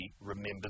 remembers